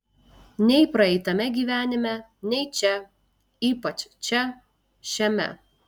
nei praeitame gyvenime nei čia ypač čia šiame